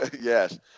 Yes